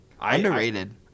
Underrated